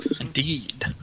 Indeed